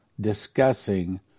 discussing